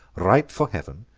ripe for heav'n,